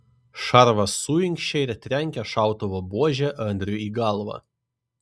šarvas suinkščia ir trenkia šautuvo buože andriui į galvą